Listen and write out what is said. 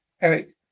Eric